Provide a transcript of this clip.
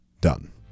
done